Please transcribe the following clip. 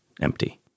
empty